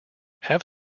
have